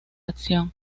acción